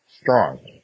strong